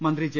മന്ത്രി ജെ